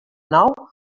nou